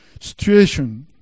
situation